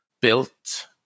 built